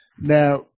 Now